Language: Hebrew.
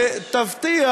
ותבטיח